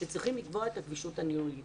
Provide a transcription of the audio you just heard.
שצריכים לקבוע את הגמישות הניהולית